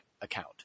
account